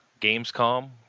gamescom